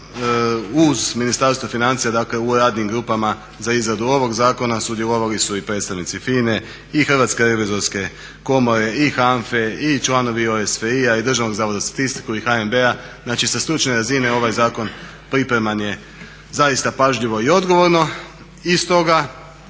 Uz Ministarstvo financija, dakle u radnim grupama za izradu ovog zakona sudjelovali su i predstavnici FINA-e i Hrvatske revizorske komore i HANFA-e i članovi OESF-i i Državnog zavoda za statistiku i HNB-a. Znači, sa stručne razine ovaj zakon pripreman je zaista pažljivo i odgovorno i stoga